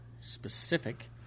specific